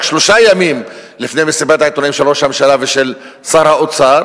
רק שלושה ימים לפני מסיבת העיתונאים של ראש הממשלה ושל שר האוצר